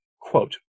Quote